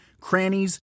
crannies